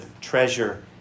treasure